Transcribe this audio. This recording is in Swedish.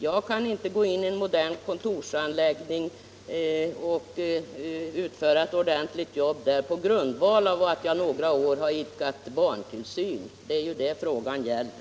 Ingen kan utföra ett ordentligt jobb i en modern kontorsorganisation bara därför att man några år har idkat barntillsyn. Det är ju det frågan gäller.